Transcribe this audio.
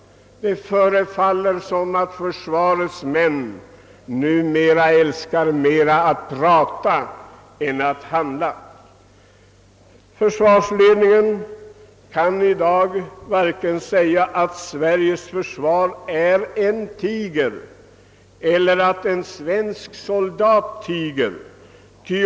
Det förefaller som om försvarets män nu mera älskar att prata än att handla. Försvarsledningen kan i dag inte säga vare sig att Sveriges försvar är en tiger eller att en svensk soldat tiger.